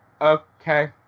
okay